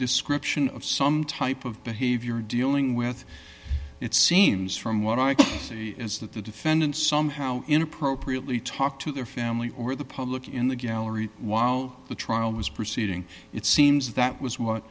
description of some type of behavior dealing with it seems from what i can see is that the defendant somehow in appropriately talk to their family or the public in the gallery while the trial was proceeding it seems that was what